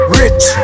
rich